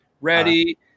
Ready